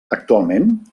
actualment